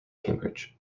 cambridge